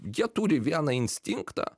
jie turi vieną instinktą